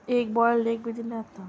एक boiled egg बी दिल्या आता